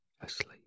asleep